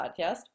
podcast